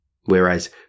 Whereas